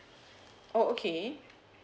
oh okay